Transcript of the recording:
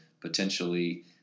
potentially